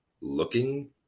looking